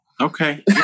Okay